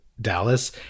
Dallas